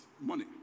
money